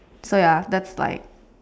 so ya that's like